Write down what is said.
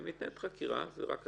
מתנהלת חקירה, זו רק התחלה,